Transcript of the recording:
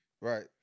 Right